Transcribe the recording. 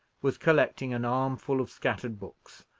was collecting an armful of scattered books,